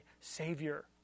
Savior